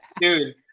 Dude